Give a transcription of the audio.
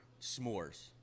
S'mores